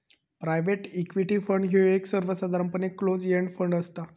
private equity fund ह्यो सर्वसाधारणपणे close end fund असता